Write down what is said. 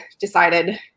decided